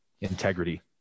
integrity